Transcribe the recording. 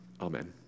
Amen